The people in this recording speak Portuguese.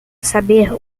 saber